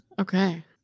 Okay